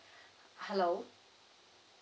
hello